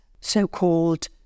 so-called